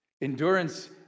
endurance